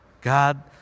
God